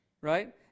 Right